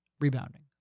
rebounding